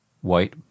White